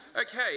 Okay